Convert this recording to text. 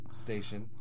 station